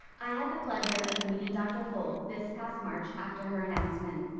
i had the pleasure of meeting dr. folt this past march after her announcement.